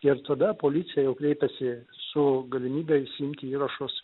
ir tada policija jau kreipiasi su galimybe išsiimti įrašus